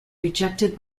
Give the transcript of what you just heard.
rejected